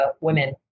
women